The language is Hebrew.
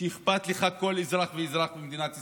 שאכפת לו כל אזרח ואזרח במדינת ישראל,